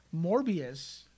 Morbius